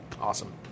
Awesome